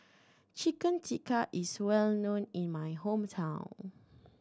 Chicken Tikka is well known in my hometown